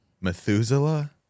Methuselah